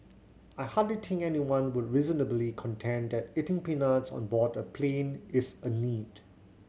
I hardly think anyone would reasonably contend that eating peanuts on board a plane is a need